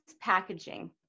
packaging